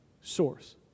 source